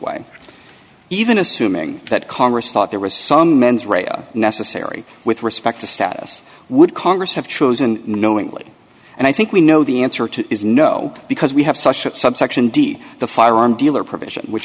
way even assuming that congress thought there was some mens rea necessary with respect to status would congress have chosen knowingly and i think we know the answer to is no because we have such a subsection d the firearm dealer provision which